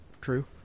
true